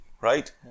right